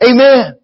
Amen